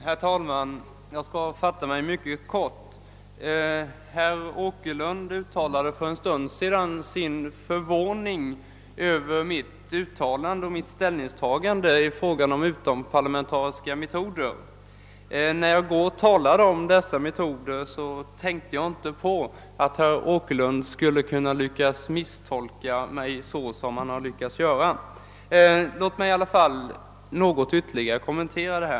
Herr talman! Jag skall fatta mig mycket kort. Herr Åkerlind uttalade för en stund sedan sin förvåning över mitt ställningstagande i fråga om utomparlamentariska metoder. När jag i går talade om dessa metoder föll det mig inte in att man skulle kunna misstolka mig så som herr Åkerlind lyckats göra. Låt mig därför något ytterligare kommentera detta.